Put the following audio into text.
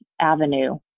avenue